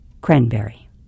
cranberry